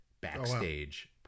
backstage